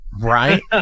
Right